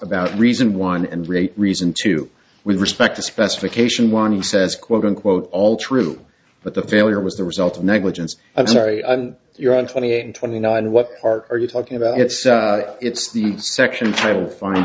about reason one and rate reason to with respect to specification warning says quote unquote all true but the failure was the result of negligence i'm sorry i'm you're on twenty eight and twenty nine what part are you talking about it's the section titled find